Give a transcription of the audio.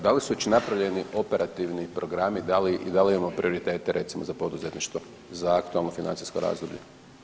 Da li su već napravljeni operativni programi i da li imamo prioritete za poduzetništvo za aktualno financijsko razdoblje?